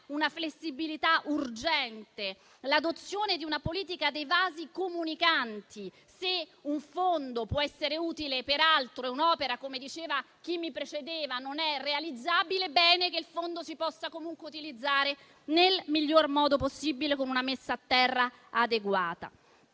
una flessibilità urgente; l'adozione di una politica dei vasi comunicanti, per cui se un fondo può essere utile per altro, magari perché, come diceva chi mi precedeva, un'opera non è realizzabile, ebbene, che si possa comunque utilizzare nel miglior modo possibile, con una messa a terra adeguata.